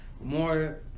more